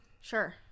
Sure